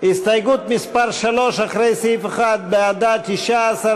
הסתייגות מס' 3, לאחרי סעיף 1. מי בעד ההסתייגות?